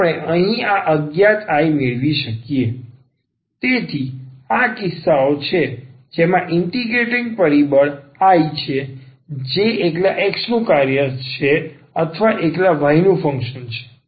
તેથી આ ખાસ કિસ્સાઓ છે જેમાં ઇન્ટિગરેટિંગ પરિબળ I છે જે એકલા x નું કાર્ય છે અથવા એકલા y નું ફંક્શન છે